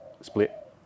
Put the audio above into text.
split